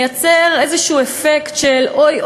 לייצר איזה אפקט של אוי,